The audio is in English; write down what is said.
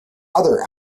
other